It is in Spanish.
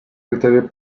criterio